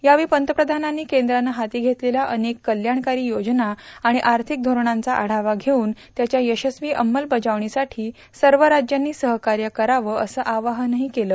यावेळी पंतप्रधानांनी केंद्रानं हाती घेतलेल्या अनेक कल्याणकारी योजना आणि आर्थिक धोरणांचा आढावा घेऊन त्याच्या यशस्वी अंमलबजावणीसाठी सर्व राज्यांनी सहकार्य करावं असं आवाहनही केलं